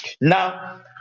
Now